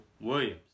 Williams